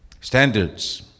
Standards